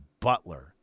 Butler